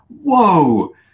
whoa